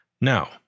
Now